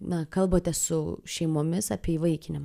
na kalbate su šeimomis apie įvaikinimą